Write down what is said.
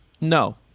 No